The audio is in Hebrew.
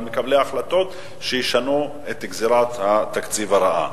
מקבלי החלטות שישנו את גזירת התקציב הרעה.